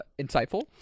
insightful